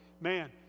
man